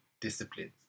disciplines